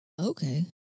Okay